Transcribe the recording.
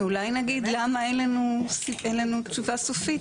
אנחנו אולי נגיד למה אין לנו תשובה סופית.